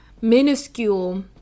minuscule